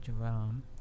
Jerome